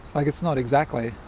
like it's not exactly.